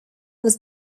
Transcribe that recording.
was